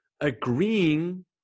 agreeing